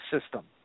system